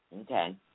okay